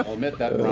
admit that